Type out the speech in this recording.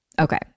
Okay